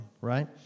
right